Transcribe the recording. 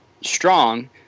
strong